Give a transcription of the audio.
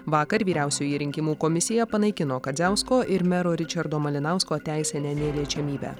vakar vyriausioji rinkimų komisija panaikino kadziausko ir mero ričardo malinausko teisinę neliečiamybę